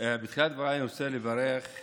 יאסר חוג'יראת יגיש את הצעת חוק העונשין